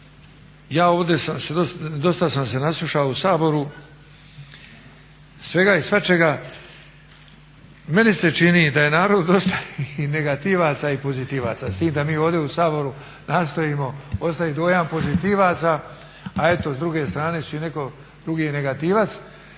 Ja ovdje dosta sam se naslušao u Saboru svega i svačega. Meni se čini da je narodu dosta i negativaca i pozitivaca, s tim da mi ovdje u Saboru nastojimo ostavit dojam pozitivaca, a eto s druge strane netko drugi je negativac.